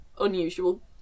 unusual